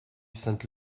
sainte